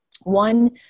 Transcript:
One